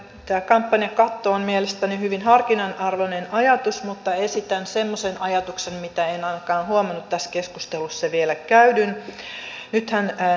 tämä kampanjakatto on mielestäni hyvin harkinnan arvoinen ajatus mutta esitän semmoisen ajatuksen mitä en ainakaan huomannut tässä keskustelussa vielä